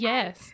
Yes